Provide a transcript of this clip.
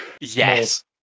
Yes